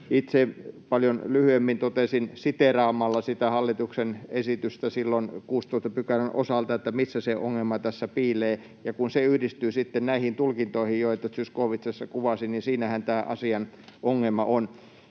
Itse paljon lyhyemmin totesin siteeraamalla hallituksen esitystä silloin 16 §:n osalta, missä se ongelma tässä piilee, ja kun se yhdistyy sitten näihin tulkintoihin, joita Zyskowicz tässä kuvasi, niin siinähän tämä asian ongelma on.